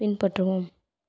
பின்பற்றவும்